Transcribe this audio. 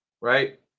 right